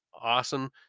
awesome